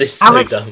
Alex